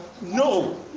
No